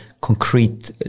concrete